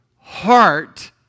heart